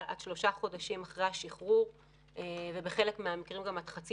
עד 3 חודשים אחרי השחרור ובחלק מהמקרים גם עד חצי